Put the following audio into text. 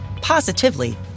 positively